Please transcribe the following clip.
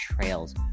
trails